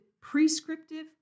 prescriptive